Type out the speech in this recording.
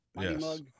Yes